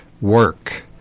work